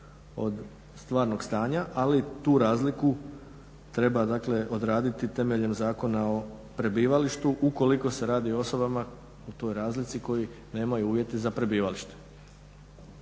od stvarnog stanja, ali tu razliku treba dakle odraditi temeljem Zakona o prebivalištu ukoliko se radi o osobama u toj razlici koje nemaju uvjete za prebivalište.